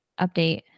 update